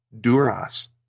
Duras